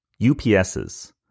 UPSs